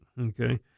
okay